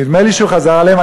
נדמה לי שהוא חזר עליהם.